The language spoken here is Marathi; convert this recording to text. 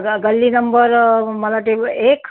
ग गल्ली नंबर मला वाटते ए एक